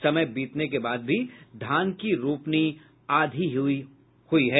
समय बीतने के बाद भी धान की रोपनी आधी ही हुई है